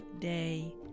day